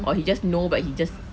or he just know but he just